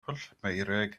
pwllmeurig